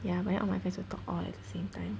ya but then all my friends will talk all at the same time